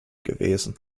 gewesen